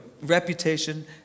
reputation